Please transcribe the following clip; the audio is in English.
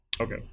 Okay